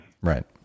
Right